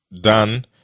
done